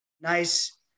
nice